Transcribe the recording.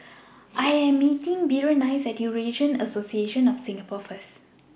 I Am meeting Berenice At Eurasian Association of Singapore First